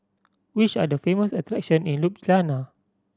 which are the famous attraction in Ljubljana